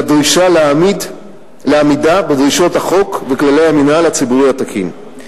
אלא דרישה לעמידה בדרישות החוק וכללי המינהל הציבורי התקין.